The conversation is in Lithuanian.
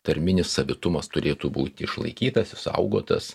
tarminis savitumas turėtų būti išlaikytas išsaugotas